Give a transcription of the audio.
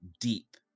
deep